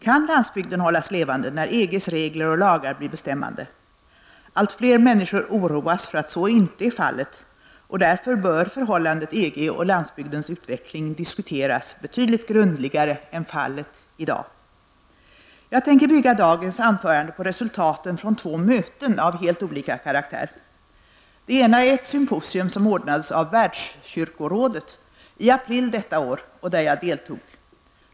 Kan landsbygden hållas levande när EGs regler och lagar blir bestämmande? Allt fler människor oroas av att så inte är fallet, och därför bör förhållandet EG och landsbygdens utveckling diskuteras betydligt grundligare än fallet är i dag. Jag tänker bygga dagens anförande på resultaten från två möten av helt olika karaktär. Det ena är ett symposium, som ordnades av Världskyrkorådet i april detta år och där jag deltog.